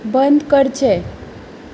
बंद करचें